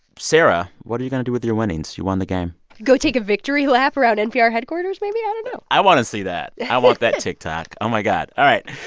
sarah, what are you going to do with your winnings? you won the game go take a victory lap around npr headquarters, maybe. i don't know i want to see that i want that tiktok. oh, my god. all right,